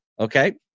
Okay